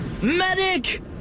Medic